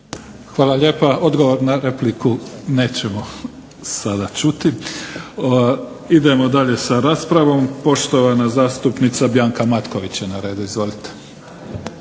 Hvala lijepa. Odgovor na repliku nećemo sada čuti. Idemo dalje sa raspravom. Poštovana zastupnica Bianca Matković je na redu. Izvolite.